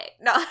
No